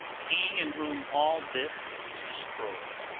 he in whom all this is destroyed,